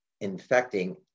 infecting